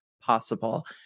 possible